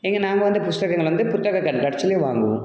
இங்கே நாங்கள் வந்து புஸ்தகங்கள் வந்து புத்தகக் கண்காட்சியிலையும் வாங்குவோம்